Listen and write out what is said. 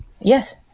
Yes